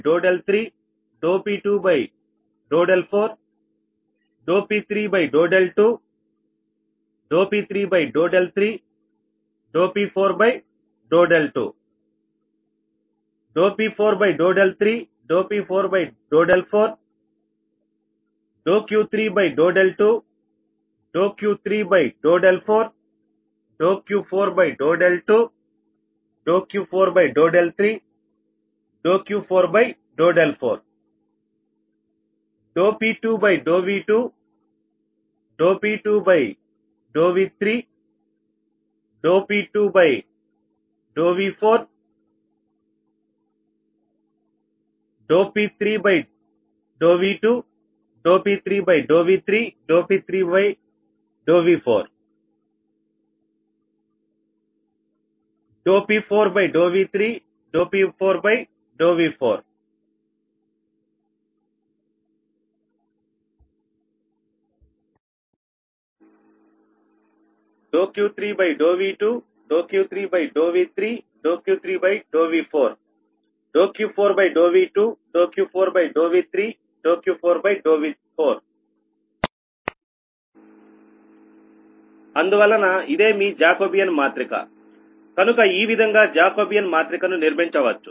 P2 P3 P4 Q3 Q4 P22 P23 P24 P32 P33 P34 P42 P43 P44 Q32 Q33 Q34 Q42 Q43 Q44 P2V2 P2V3 P3V2 P3V3 P4V2 P4V3 Q3V2 Q3V3 Q4V2 Q4V3 2 3 4 V2 V3 అందువలన ఇదే మీ Jacobian మాత్రిక కనుక ఈ విధంగా Jacobian మాత్రిక ను నిర్మించవచ్చు